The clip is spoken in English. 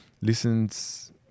listens